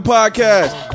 Podcast